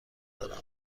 دارم